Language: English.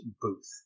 booth